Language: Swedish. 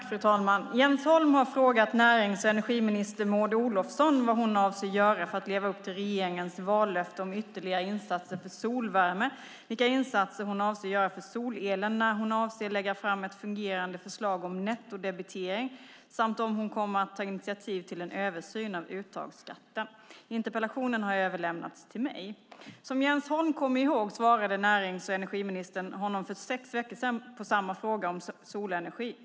Fru talman! Jens Holm har frågat närings och energiminister Maud Olofsson vad hon avser att göra för att leva upp till regeringens vallöfte om ytterligare insatser för solvärme, vilka insatser hon avser att göra för solelen, när hon avser att lägga fram ett fungerande förslag om nettodebitering samt om hon kommer att ta initiativ till en översyn av uttagsskatten. Interpellationen har överlämnats till mig. Som Jens Holm kommer ihåg svarade närings och energiministern honom för sex veckor sedan på samma fråga om solenergi.